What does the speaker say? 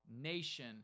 nation